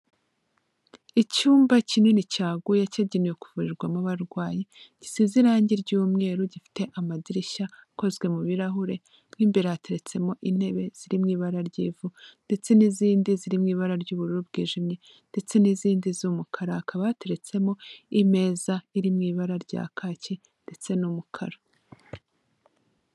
Icyumba kinini cyaguye cyagenewe kuvurirwamo abarwayi, gisize irangi ry'umweru gifite amadirishya akozwe mu birahure, mo imbere hateretsemo intebe ziri mu ibara ry'ivu, ndetse n'izindi ziri mu ibara ry'ubururu bwijimye, ndetse n'izindi z'umukara, hakaba hateretsemo imeza iri mu ibara rya kaki ndetse n'umukara.